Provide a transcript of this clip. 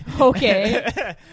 Okay